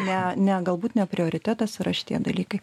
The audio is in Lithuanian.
ne ne galbūt ne prioritetas yra šitie dalykai